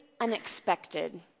unexpected